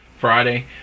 friday